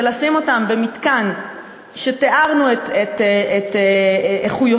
לשים אותם במתקן שתיארנו את איכויותיו,